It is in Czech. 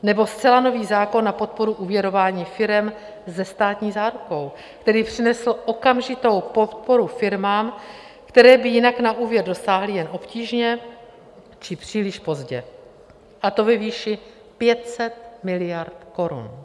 Nebo zcela nový zákon na podporu úvěrování firem se státní zárukou, který přinesl okamžitou podporu firmám, které by jinak na úvěr dosáhly jen obtížně či příliš pozdě, a to ve výši 500 miliard korun.